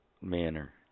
manner